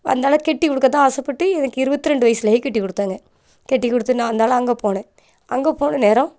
அந்தால் கட்டி கொடுக்க தான் ஆசைப்பட்டு எனக்கு இருபத்திரெண்டு வயசுலேயே கட்டி கொடுத்தாங்க கட்டி கொடுத்து நான் அந்தால் அங்கே போனேன் அங்கே போன நேரம்